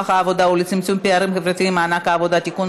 העבודה ולצמצום פערים חברתיים (מענק עבודה) (תיקון,